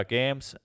games